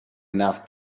enough